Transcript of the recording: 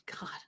God